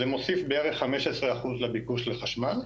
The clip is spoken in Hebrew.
זה מוסיף בערך 15% לביקוש לחשמל.